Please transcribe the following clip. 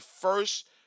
first